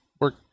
work